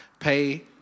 pay